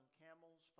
camels